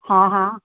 ਹਾਂ ਹਾਂ